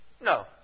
No